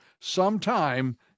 sometime